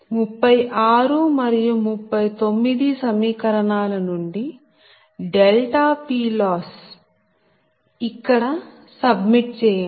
36 మరియు 39 సమీకరణాల నుండి PLoss ఇక్కడ సబ్స్టిట్యూట్ చేయండి